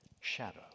shadow